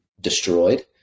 destroyed